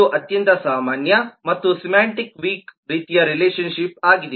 ಇದು ಅತ್ಯಂತ ಸಾಮಾನ್ಯ ಮತ್ತು ಸಿಮಾಂಟಿಕಲಿ ವೀಕ್ ರೀತಿಯ ರಿಲೇಶನ್ ಶಿಪ್ ಆಗಿದೆ